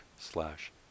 slash